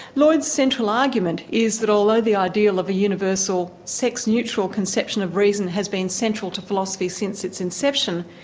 lloyd's central argument is that although the ideal of a universal sex-neutral conception of reason has been central to philosophy since its inception,